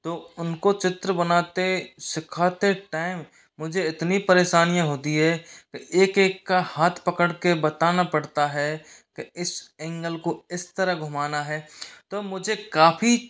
तो उनको चित्र बनाते सीखाते टाइम मुझे इतनी परेशानियाँ होती है एक एक का हाथ पकड़ के बताना पड़ता है कि इस एंगल को इस तरह घूमाना है तो मुझे काफ़ी